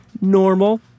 normal